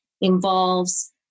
involves